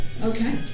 Okay